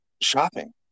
shopping